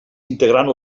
integrant